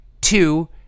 two